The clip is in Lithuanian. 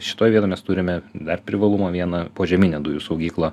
šitoj vietoj mes turime dar privalumą vieną požeminę dujų saugyklą